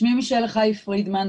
שמי מישל חי פרידמן,